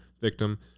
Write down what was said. victim